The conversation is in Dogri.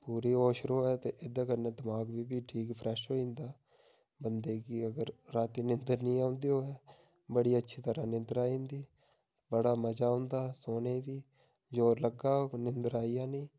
पूरी होश रोऐ ते एह्दे कन्नै दमाक बी ठीक फ्रैश होई जंदा बंदे गी अगर रातीं नींदर नी औंदी होऐ बड़ी अच्छी तरह् नींदर आई जंदी बड़ा मज़ा औंदा सोने गी जोर लग्गा होग नींदर आई जानी